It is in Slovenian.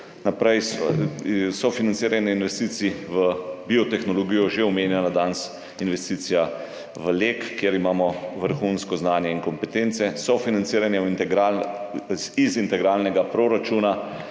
Naprej je sofinanciranje investicij v biotehnologijo, danes že omenjena investicija v Lek, kjer imamo vrhunsko znanje in kompetence. Sofinanciranje iz integralnega proračuna